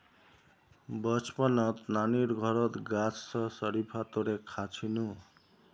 बचपनत नानीर घरत गाछ स शरीफा तोड़े खा छिनु